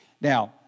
Now